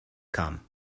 come